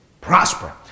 prosper